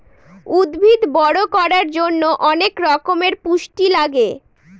উদ্ভিদ বড়ো করার জন্য অনেক রকমের পুষ্টি লাগে